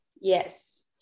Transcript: yes